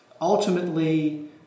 Ultimately